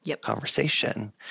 conversation